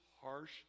harsh